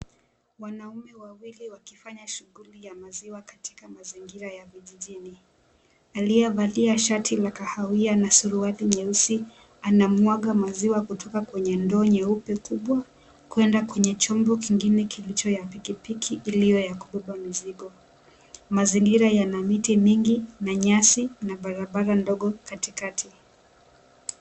Wanaume wawili wakifanya shughuli ya maziwa katika mazingira ya vijijini. Aliyevalia shati la kahawia na suruali nyeusi anamwaha maziwa kutoka kwenye ndoo nyeupe kubwa kwenda kwenye chombo kingine kilicho ya pikipiki iliyo ya kubeba mizigo. Mazingira yana miti mingi na nyasi na barabara ndogo katikati.